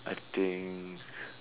I think